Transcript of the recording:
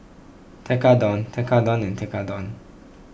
Tekkadon Tekkadon Tekkadon